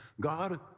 God